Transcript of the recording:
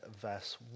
verse